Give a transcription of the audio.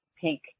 pink